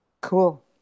Cool